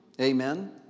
Amen